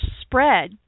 spread